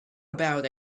about